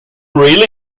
really